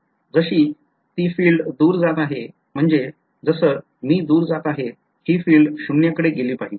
जशी ती फील्ड दुर जात आहे म्हणजे जस मी दुर जात आहे हि फील्ड शून्यकडे गेली पाहिजे